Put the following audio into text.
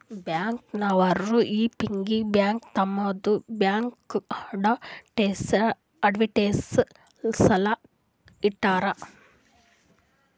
bank ನವರು ಈ piggy bank ತಮ್ಮದು ಬ್ಯಾಂಕ್ದು ಅಡ್ವರ್ಟೈಸ್ಮೆಂಟ್ ಸಲಾಕ ಇಡ್ತಾರ